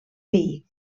veí